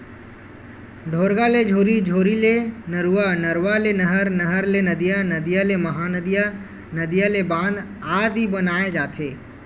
ढोरगा ले झोरी, झोरी ले नरूवा, नरवा ले नहर, नहर ले नदिया, नदिया ले महा नदिया, नदिया ले बांध आदि बनाय जाथे